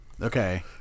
okay